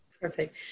Perfect